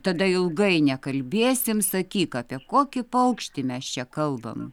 tada ilgai nekalbėsim sakyk apie kokį paukštį mes čia kalbam